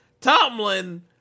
Tomlin